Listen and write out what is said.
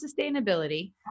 sustainability